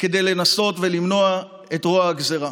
כדי לנסות למנוע את רוע הגזרה.